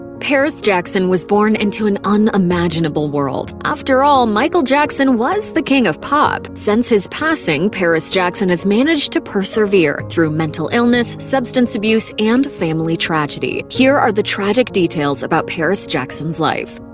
paris jackson was born into an unimaginable world. after all, michael jackson was the king of pop. since his passing, paris jackson has managed to persevere through mental illness, substance abuse, and family tragedy. here are the tragic details about paris jackon's life.